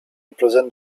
represents